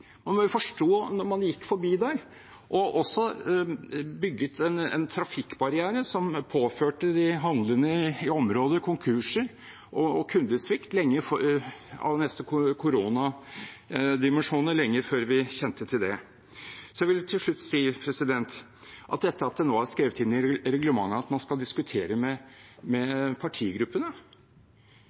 og også bygget en trafikkbarriere som påførte de handlende i området konkurser og kundesvikt av nesten koronadimensjoner, lenge før vi kjente til det? Etter at det nå er skrevet inn i reglementet at man skal diskutere med partigruppene, vil jeg til slutt si: Ja, det var jo det nettopp det man av og til prøvde på. Når man